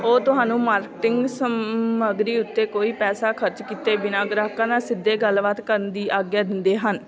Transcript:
ਉਹ ਤੁਹਾਨੂੰ ਮਾਰਕਟਿੰਗ ਸਮੱਗਰੀ ਉੱਤੇ ਕੋਈ ਪੈਸਾ ਖਰਚ ਕੀਤੇ ਬਿਨਾਂ ਗ੍ਰਾਹਕਾਂ ਨਾਲ ਸਿੱਧੇ ਗੱਲਬਾਤ ਕਰਨ ਦੀ ਆਗਿਆ ਦਿੰਦੇ ਹਨ